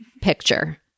picture